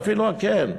ואפילו כן,